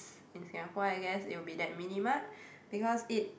in Singapore I guess it will be that mini mart because it